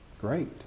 Great